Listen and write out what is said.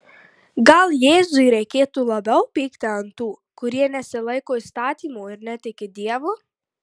gal jėzui reikėtų labiau pykti ant tų kurie nesilaiko įstatymo ir netiki dievu